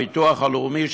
הביטוח הלאומי,